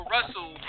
Russell